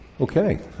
Okay